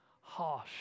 harsh